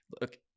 Look